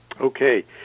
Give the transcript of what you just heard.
Okay